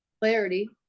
clarity